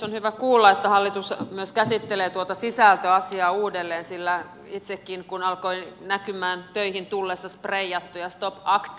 on hyvä kuulla että hallitus myös käsittelee tuota sisältöasiaa uudelleen sillä itsekin kun alkoi näkyä töihin tullessa spreijattuja stop acta